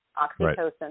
oxytocin